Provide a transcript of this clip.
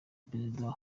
perezida